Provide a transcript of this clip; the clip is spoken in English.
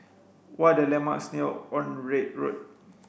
what are the landmarks near Onraet Road